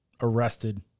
arrested